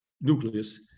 nucleus